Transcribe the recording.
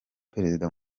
perezida